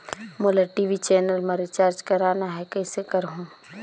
मोला TV channel मा recharge करना हे, कइसे करहुँ?